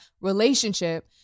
relationship